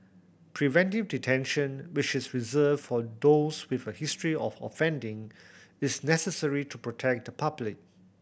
preventive detention which is reserved for those with a history of offending is necessary to protect the public